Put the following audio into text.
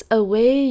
away